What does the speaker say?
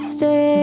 Stay